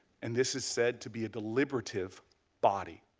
and this is said to be a deliberative body.